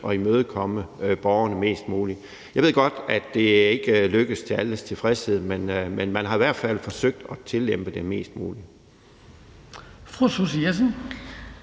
at imødekomme borgerne mest muligt. Jeg ved godt, at det ikke er lykkedes til alles tilfredshed, men man har i hvert fald forsøgt at tillempe dem mest muligt.